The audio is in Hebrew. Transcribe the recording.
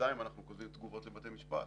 ובינתיים אנחנו כותבים תגובות לבתי משפט.